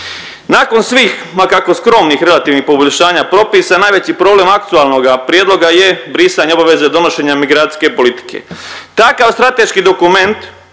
Nakon svim ma kako skromnih relativnih poboljšanja propisa najveći problem aktualnoga prijedloga je brisanje obveze donošenja migracijske politike. Takav strateški dokument